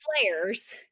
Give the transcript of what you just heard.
flares